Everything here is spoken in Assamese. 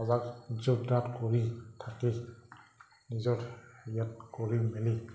বজাৰ কৰি থাকি নিজৰ ইয়াত কৰি মেলি